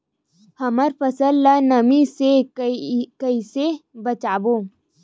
हमर फसल ल नमी से क ई से बचाबो?